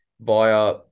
via